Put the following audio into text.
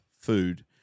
food